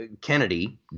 Kennedy